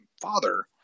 father